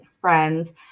friends